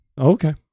Okay